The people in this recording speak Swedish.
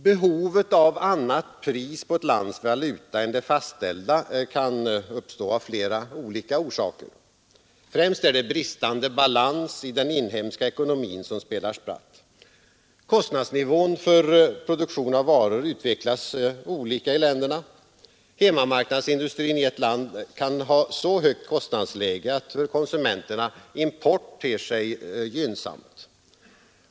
Behovet av annat pris på ett lands valuta än det fastställda kan uppstå av flera olika orsaker. Främst är det bristande balans i den inhemska ekonomin som spelar spratt. Kostnadsnivån för produktion av varor utvecklas olika i länderna. Hemmamarknadsindustrin i ett land kan ha så högt kostnadsläge att för konsumenterna import ter sig gynnsam.